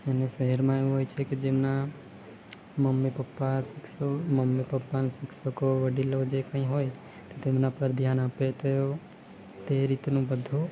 અને શહેરમાં એવું હોય છે કે જેમના મમ્મી પપ્પા શિક્ષકો મમ્મી પપ્પાને શિક્ષકો વડીલો જે કંઈ હોય તો તેમના પર ધ્યાન આપે તેઓ તે રીતનું બધું